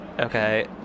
Okay